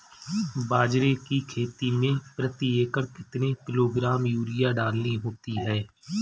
बाजरे की खेती में प्रति एकड़ कितने किलोग्राम यूरिया डालनी होती है?